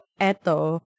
Eto